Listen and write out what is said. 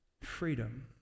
freedom